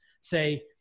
say